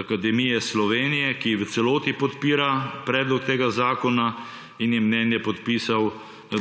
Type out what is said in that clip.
akademije Slovenije, ki v celoti podpira predlog tega zakona in je mnenje podpisal